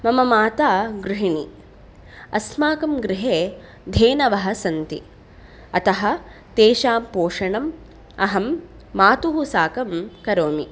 मम माता गृहिणी अस्माकं गृहे धेनवः सन्ति अतः तेषां पोषणम् अहं मातुः साकं करोमि